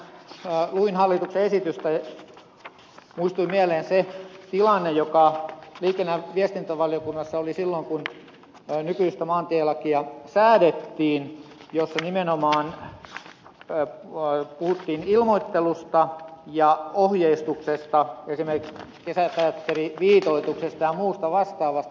kun luin hallituksen esitystä muistui mieleen se tilanne joka liikenne ja viestintävaliokunnassa oli silloin kun nykyistä maantielakia säädettiin jolloin nimenomaan puhuttiin ilmoittelusta ja ohjeistuksesta esimerkiksi kesäteatteriviitoituksesta ja muusta vastaavasta